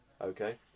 Okay